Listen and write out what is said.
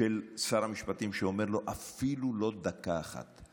של שר המשפטים, שאומר לו: אפילו לא דקה אחת.